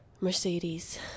Mercedes